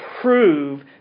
prove